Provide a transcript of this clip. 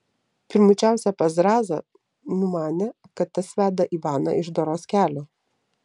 pirmučiausia pas zrazą numanė kad tas veda ivaną iš doros kelio